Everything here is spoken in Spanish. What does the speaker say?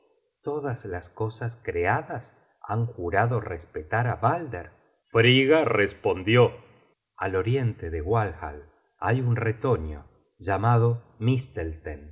todas las cosas creadas han jurado respetar á balder frigga respondió al oriente de walhall hay un